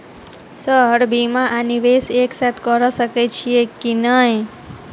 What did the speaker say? Sir बीमा आ निवेश एक साथ करऽ सकै छी की न ई?